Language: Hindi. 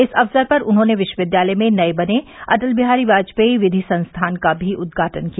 इस अवसर पर उन्होंने विश्वविद्यालय में नये बने अटल बिहारी वाजपेई विधि संस्थान का भी उद्घाटन किया